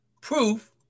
proof